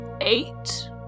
eight